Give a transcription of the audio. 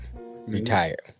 Retired